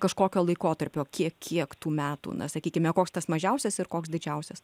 kažkokio laikotarpio kiek kiek tų metų na sakykime koks tas mažiausias ir koks didžiausias